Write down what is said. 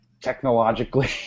technologically